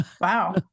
Wow